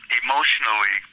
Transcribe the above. emotionally